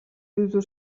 iruditu